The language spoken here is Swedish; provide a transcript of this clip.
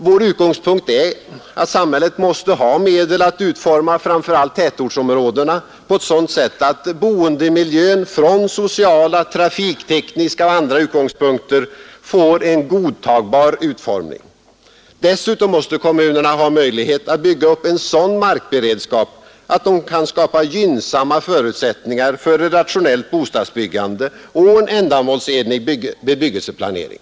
Vår utgångspunkt är att samhället måste ha medel att utforma framför allt tätortsområdena på ett sådant sätt att boendemiljön från sociala, trafiktekniska och andra utgångspunkter får en godtagbar utformning. Dessutom måste kommunerna ha möjlighet att bygga upp en sådan markberedskap att de kan skapa gynnsamma förutsättningar för ett rationellt bostadsbyggande och en ändamålsenlig bebyggelseplanering.